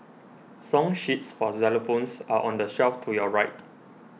song sheets for xylophones are on the shelf to your right